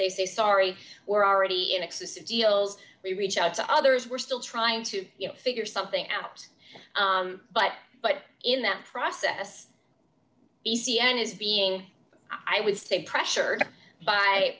they say sorry we're already in excess of deals we reach out to others we're still trying to figure something out but but in that process e c n is being i would say pressured by